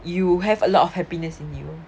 you have a lot of happiness in you